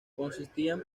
consistían